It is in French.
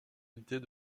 unités